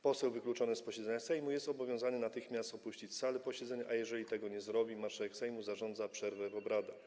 Poseł wykluczony z posiedzenia Sejmu jest obowiązany natychmiast opuścić salę posiedzeń, a jeżeli tego nie zrobi, marszałek Sejmu zarządza przerwę w obradach.